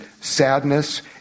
sadness